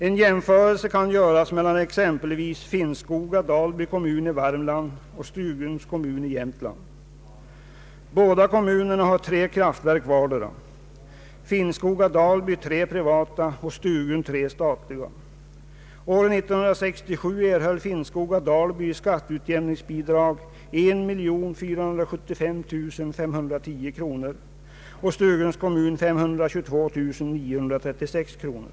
En jämförelse kan göras mellan exempelvis Finnskoga-Dalby kommun i Värmland och Stuguns kommun i Jämt land. Båda kommunerna har tre kraftverk vardera — Finnskoga-Dalby tre privata och Stugun tre statliga. År 1967 erhöll Finnskoga-Dalby i skatteutjämningsbidrag 1475510 kronor och Stuguns kommun 522 936 kronor.